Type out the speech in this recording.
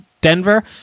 Denver